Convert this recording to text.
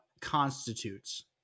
constitutes